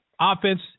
offense